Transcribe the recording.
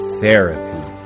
therapy